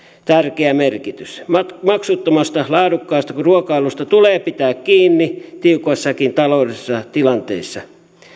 tärkeä merkitys maksuttomasta laadukkaasta ruokailusta tulee pitää kiinni tiukoissakin taloudellisissa tilanteissa